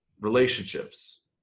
relationships